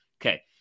Okay